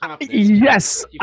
Yes